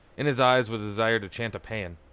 in his eyes was a desire to chant a paean.